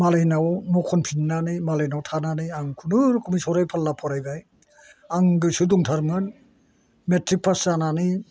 मालायनाव न' खनफिननानै मालायनाव थानानै आं खुनुरुखुमै सराय फाल्ला फरायबाय आं गोसो दंथारोमोन मिट्रिक पास जानानै